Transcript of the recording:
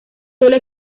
sólo